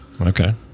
Okay